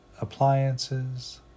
appliances